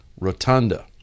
rotunda